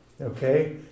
Okay